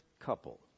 couple